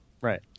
right